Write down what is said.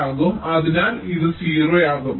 ആകും അതിനാൽ ഇത് 0 ആകും